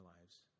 lives